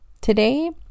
today